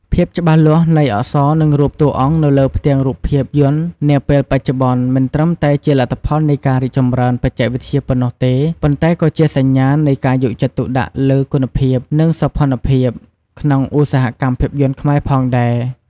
ភាពច្បាស់លាស់នៃអក្សរ និងរូបតួអង្គនៅលើផ្ទាំងរូបភាពយន្តនាពេលបច្ចុប្បន្នមិនត្រឹមតែជាលទ្ធផលនៃការរីកចម្រើនបច្ចេកវិទ្យាប៉ុណ្ណោះទេ ប៉ុន្តែក៏ជាសញ្ញានៃ ការយកចិត្តទុកដាក់លើគុណភាព និងសោភ័ណភាព ក្នុងឧស្សាហកម្មភាពយន្តខ្មែរផងដែរ ។